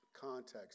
context